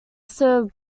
served